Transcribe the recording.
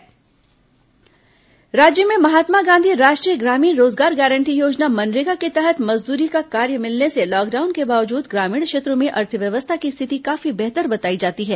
corona MNREGA राज्य में महात्मा गांधी राष्ट्रीय ग्रामीण रोजगार गारंटी योजना मनरेगा के तहत मजदूरी का कार्य मिलने से लॉकडाउन के बावजूद ग्रामीण क्षेत्रों में अर्थव्यवस्था की स्थिति काफी बेहतर बताई जाती है